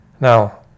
Now